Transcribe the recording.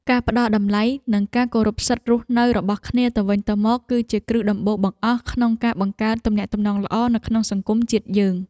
ការផ្តល់តម្លៃនិងការគោរពសិទ្ធិរស់នៅរបស់គ្នាទៅវិញទៅមកគឺជាគ្រឹះដំបូងបង្អស់ក្នុងការបង្កើតទំនាក់ទំនងល្អនៅក្នុងសង្គមជាតិយើង។